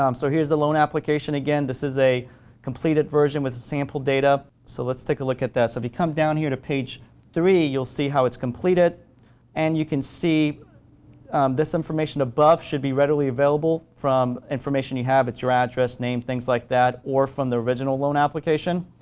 um so, here's the loan application again, this is a completed version with sample data, so let's take a look at that. so, if you come down here to page three, you'll see how it's completed and you can see this information above should be readily available from information you have at your address, name, things like that or from the original loan application.